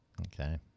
Okay